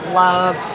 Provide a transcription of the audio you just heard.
love